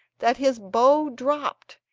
that his bow dropped,